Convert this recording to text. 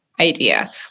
idea